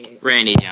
Randy